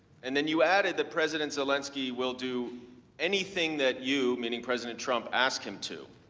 and then you added that president zelensky will do anything that you, meaning president trump, ask him to.